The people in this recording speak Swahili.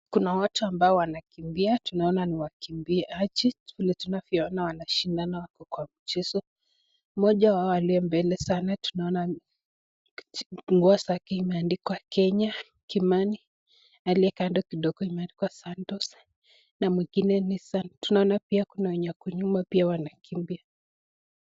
Kuna watu ambao wanakimbia, tunaona ni wakimbiaji, vile tunavyoona wanashindana wako mchezo, mmoja wao aliye mbele sana tunaona nguo zake imeandikwa Kenya, Kimani, aliye kando kidogo imeandikwa Santos na mwingine Nissan. Tunaona pia kuna wenye wako nyuma wanakimbia.